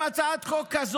הצעת חוק של עד עשר שנים,